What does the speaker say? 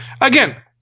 Again